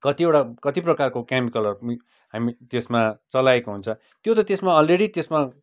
कतिवटा कति प्रकारको केमिकलहरू पनि हामी त्यसमा चलाइएको हुन्छ त्यो त त्यसमा अलरेडी त्यसमा